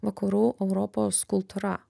vakarų europos kultūra